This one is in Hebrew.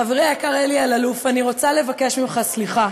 חברי היקר אלי אלאלוף, אני רוצה לבקש ממך סליחה,